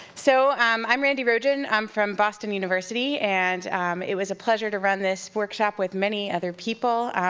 so um i'm randy rogin, i'm from boston university, and um it was a pleasure to run this workshop with many other people,